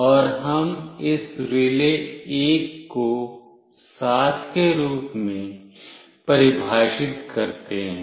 और हम इस RELAY1 को 7 के रूप में परिभाषित करते हैं